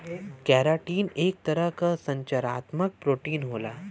keratin एक तरह क संरचनात्मक प्रोटीन होला